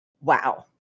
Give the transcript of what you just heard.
Wow